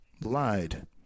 lied